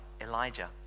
Elijah